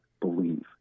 believe